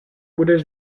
budeš